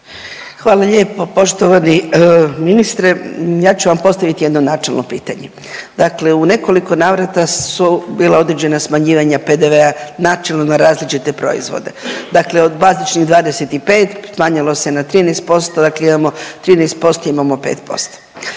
Hvala lijepo. Poštovani ministre ja ću vam postaviti jedno načelno pitanje. Dakle, u nekoliko navrata su bila određena smanjivanja PDV-a načelno na različite proizvode. Dakle, od bazičnih 25 smanjilo se na 13%, dakle imamo 13% imamo 5%.